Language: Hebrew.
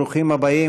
ברוכים הבאים.